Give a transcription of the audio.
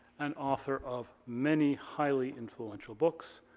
and author of many highly influential books,